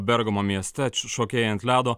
bergamo mieste šokėjai ant ledo